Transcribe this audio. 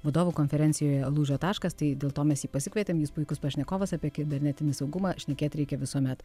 vadovų konferencijoje lūžio taškas tai dėl to mes jį pasikvietėm jis puikus pašnekovas apie kibernetinį saugumą šnekėti reikia visuomet